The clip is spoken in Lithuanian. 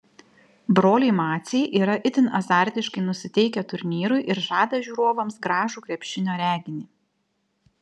broliai maciai yra itin azartiškai nusiteikę turnyrui ir žada žiūrovams gražų krepšinio reginį